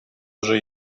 уже